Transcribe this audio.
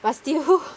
but still